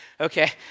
okay